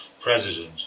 president